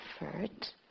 effort